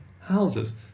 houses